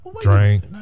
drink